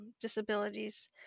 disabilities